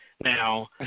Now